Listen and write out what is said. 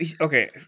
okay